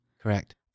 Correct